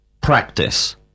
practice